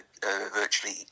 virtually